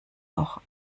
auch